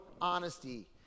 honesty